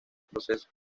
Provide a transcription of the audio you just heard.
proceso